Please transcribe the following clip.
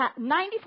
94%